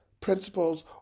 principles